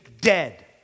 dead